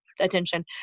attention